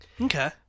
Okay